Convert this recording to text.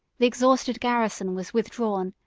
the exhausted garrison was withdrawn,